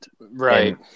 right